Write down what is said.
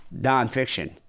nonfiction